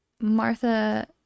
Martha